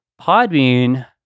Podbean